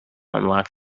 unlock